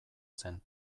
zen